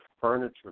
furniture